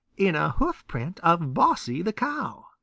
in a hoofprint of bossy the cow,